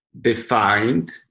defined